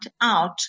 out